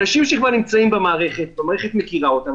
אנשים שכבר נמצאים במערכת והמערכת מכירה אותם,